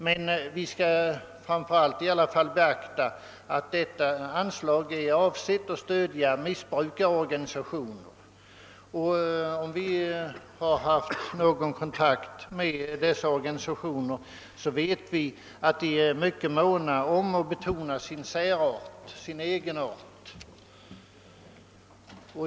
Vi skall dock framför allt beakta att detta anslag är avsett för att stödja missbrukarorganisationer. Den som har haft kontakt med dessa organisationer vet att de är mycket måna om att betona sin särart och egenart.